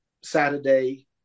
Saturday